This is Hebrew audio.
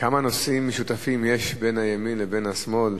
כמה נושאים משותפים יש בין הימין לבין השמאל,